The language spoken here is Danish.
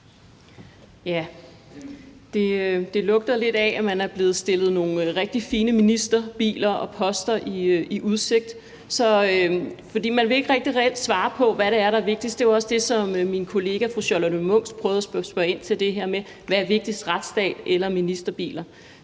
Det lugter lidt af, at man er blevet stillet nogle rigtig fine ministerbiler og -poster i udsigt, for man vil ikke rigtig reelt svare på, hvad det er, der er vigtigst. Det var også det, som min kollega fru Charlotte Munch prøvede at spørge ind til, nemlig: Hvad er vigtigst – retsstat eller ministerbiler?